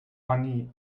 honey